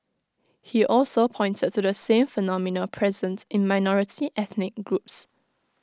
he also pointed to the same phenomena presents in minority ethnic groups